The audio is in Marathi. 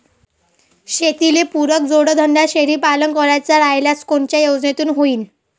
शेतीले पुरक जोडधंदा शेळीपालन करायचा राह्यल्यास कोनच्या योजनेतून होईन?